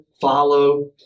follow